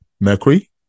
mercury